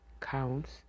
counts